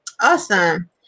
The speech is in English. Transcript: awesome